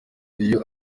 iyo